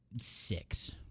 six